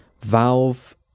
valve